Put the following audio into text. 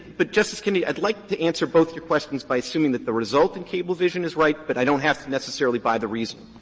but, justice kennedy, i would like to answer both your questions by assuming that the result in cablevision is right, but i don't have to necessarily buy the reasoning,